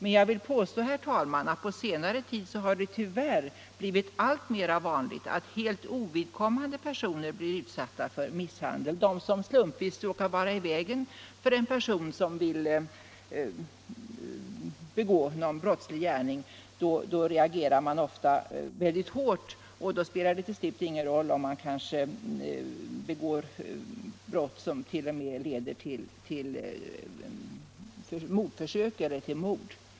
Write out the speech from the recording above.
Men jag vill påstå, herr talman, att på senare tid har det tyvärr blivit alltmera vanligt att helt ovidkommande personer blir utsatta för misshandel — de som slumpvis råkar vara i vägen för en person som vill begå någon brottslig gärning. Då reagerar vederbörande ofta väldigt hårt, och det spelar till slut ingen roll om man begår brott som t.o.m. leder till mordförsök eller till mord.